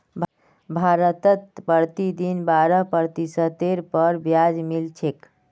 भारतत प्रतिदिन बारह प्रतिशतेर पर ब्याज मिल छेक